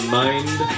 mind